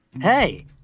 Hey